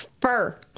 fur